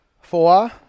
four